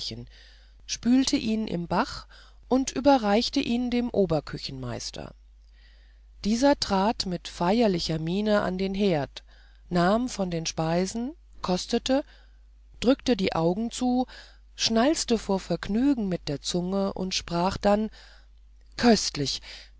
spülte ihn im bach und überreichte ihn dem oberküchenmeister dieser trat mit feierlicher miene an den herd nahm von den speisen kostete drückte die augen zu schnalzte vor vergnügen mit der zunge und sprach dann köstlich